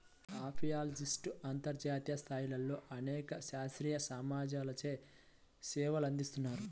అపియాలజిస్ట్లు అంతర్జాతీయ స్థాయిలో అనేక శాస్త్రీయ సమాజాలచే సేవలందిస్తున్నారు